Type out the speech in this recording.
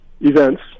Events